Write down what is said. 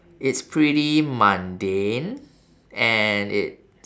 it's pretty mundane and it